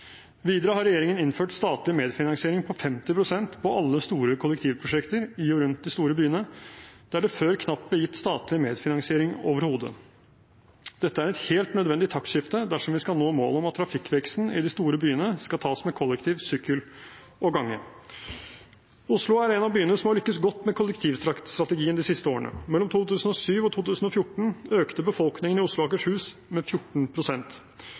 Videre har regjeringen innført statlig medfinansiering på 50 pst. på alle store kollektivprosjekter i og rundt de store byene, der det før knapt ble gitt statlig medfinansiering overhodet. Dette er et helt nødvendig taktskifte dersom vi skal nå målet om at trafikkveksten i de store byene skal tas med kollektivtransport, sykkel og gange. Oslo er en av byene som har lyktes godt med kollektivstrategien de siste årene. Mellom 2007 og 2014 økte befolkningen i Oslo og Akershus med